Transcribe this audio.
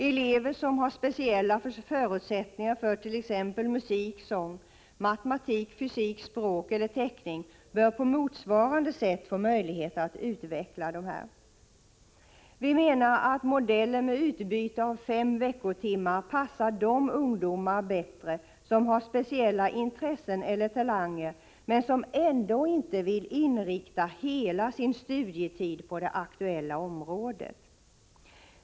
Elever som har speciella förutsättningar för t.ex. musik, sång, matematik, fysik, språk eller teckning bör på motsvarande sätt få möjlighet att utveckla dessa. Vi menar att modellen med utbyte av fem veckotimmar passar de ungdomar bättre som har speciella intressen eller talanger men som ändå inte vill inrikta hela sin studietid på det aktuella området.